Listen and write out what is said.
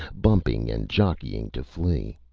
bumping and jockeying to flee.